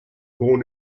born